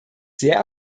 sehr